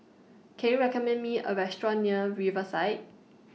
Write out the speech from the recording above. Can YOU recommend Me A Restaurant near Riverside